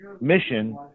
mission